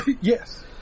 Yes